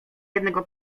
jednego